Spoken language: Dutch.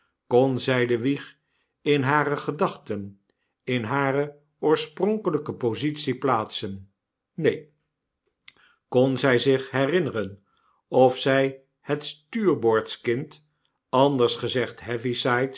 war bracht konzyde wieg in hare gedachten in hare oorspronkelyke positie plaatsen neen kon zy zich herinneren of zij het stuurboordskind anders gezegd